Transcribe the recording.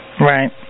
Right